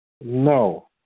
No